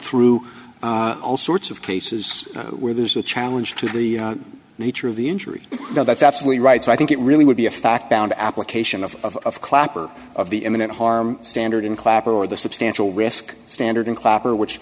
through all sorts of cases where there's a challenge to the nature of the injury that's absolutely right so i think it really would be a fact down application of clapper of the imminent harm standard in clapper or the substantial risk standard and clapper which